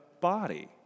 body